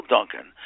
Duncan